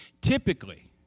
Typically